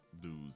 dudes